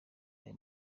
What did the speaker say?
aya